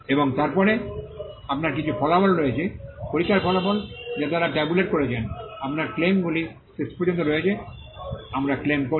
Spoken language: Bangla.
এবং তারপরে আপনার কিছু ফলাফল রয়েছে পরীক্ষার ফলাফল যা তারা ট্যাবুলেট করেছেন আপনার ক্লেম গুলি শেষ পর্যন্ত রয়েছে আমরা ক্লেম করি